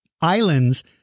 islands